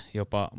jopa